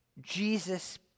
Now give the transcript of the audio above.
Jesus